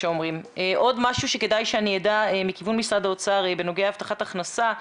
עוד משהו שכדאי שאני אדע מכיוון משרד האוצר בנוגע להבטחת הכנסה,